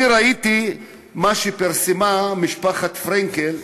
אני ראיתי מה שפרסמה משפחת פרנקל,